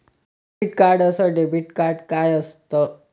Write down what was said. टिकीत कार्ड अस debit card काय असत?